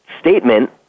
statement